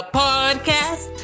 podcast